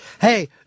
Hey